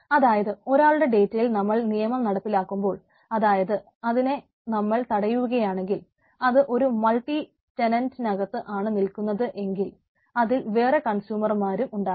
അതായത് ഒരാളുടെ ഡേറ്റയിൽ നമ്മൾ നിയമം നടപ്പിലാക്കുമ്പോൾ അതായത് അതിനെ നമ്മൾ തടഞ്ഞുവയ്ക്കുകയാണെങ്കിൽ അത് ഒരു മൾട്ടിടെനന്റ് നകത്ത് ആണ് നിൽക്കുന്നതെങ്കിൽ അതിൽ വേറെ കൺസ്യൂമറുകളും ഉണ്ടാകും